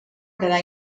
quedar